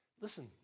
Listen